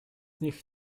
niech